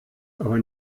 aber